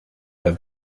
have